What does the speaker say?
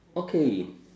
okay